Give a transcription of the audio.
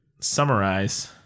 summarize